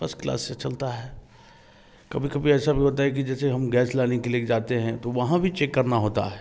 first class से चलता है कभी कभी ऐसा भी होता है कि जैसे हम गैस लाने के लिए जाते हैं तो वहाँ भी चेक करना होता है